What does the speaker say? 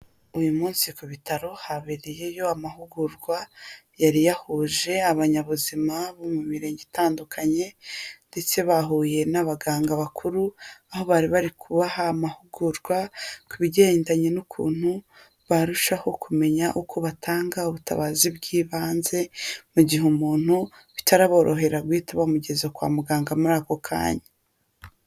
Uyu munsi ku bitaro habereye yo amahugurwa, yari yahuje abanyabuzima bo mu mirenge itandukanye, ndetse bahuye n'abaganga bakuru, aho bari bari kubaha amahugurwa ku bigendanye n'ukuntu barushaho kumenya uko batanga ubutabazi bw'ibanze, mu gihe umuntu bitaraborohera guhita bamugeza kwa muganga muri ako kanya.